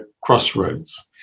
crossroads